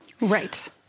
Right